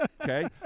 okay